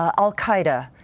ah al qaeda,